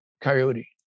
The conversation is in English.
coyote